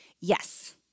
Yes